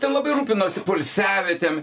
ten labai rūpinosi poilsiavietėm